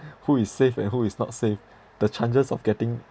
who is safe and who is not safe the chances of getting